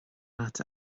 leat